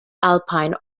alpine